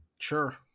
sure